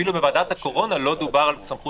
אפילו בוועדת הקורונה לא דובר על סמכות שינוי.